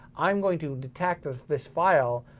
i'm going to detect with this file,